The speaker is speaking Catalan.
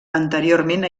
anteriorment